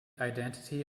identity